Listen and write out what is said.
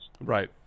Right